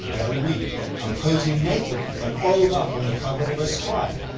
every week i'm posing naked on all up on the cover of of a squat,